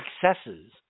successes